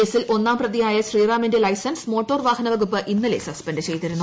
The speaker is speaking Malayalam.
കേസിൽ ഒന്നാം പ്രതിയായ ശ്രീറാമിന്റെ ലൈസൻസ് മോട്ടോർ വാഹന വകുപ്പ് ഇന്നലെ സസ്പെന്റ് ചെയ്തിരുന്നു